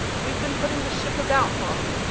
weve been putting the ship about, mum,